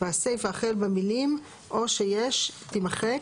והסיפה החל במילים "או שיש" תימחק,